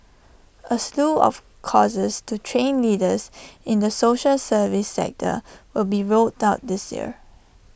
A slew of courses to train leaders in the social service sector will be rolled out this year